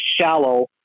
shallow